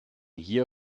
hier